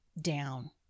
down